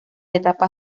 etapa